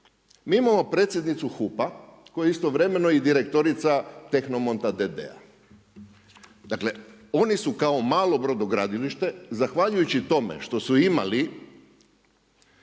Mi imamo predsjednicu HUP-a koja je istovremeno i direktorica TEHNOMONT d.d., dakle, oni su kao malo brodogradilište zahvaljujući tome što su imali